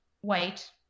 white